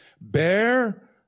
bear